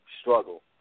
struggle